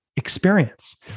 experience